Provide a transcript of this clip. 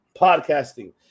podcasting